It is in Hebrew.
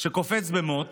שקופץ במוט